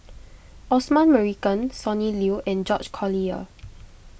Osman Merican Sonny Liew and George Collyer